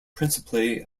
principally